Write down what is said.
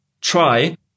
try